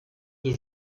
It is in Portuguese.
dos